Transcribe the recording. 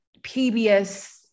PBS